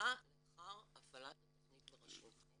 מחלקה לאחר הפעלת התכנית ברשות.